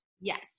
Yes